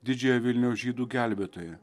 didžiąją vilniaus žydų gelbėtoją